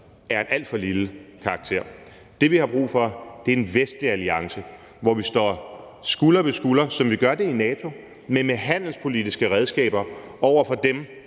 af en alt for lille karakter. Det, vi har brug for, er en vestlig alliance, hvor vi står skulder ved skulder, som vi gør det i NATO, men med handelspolitiske redskaber, over for dem,